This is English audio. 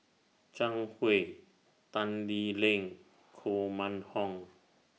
Zhang Hui Tan Lee Leng Koh Mun Hong